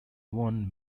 one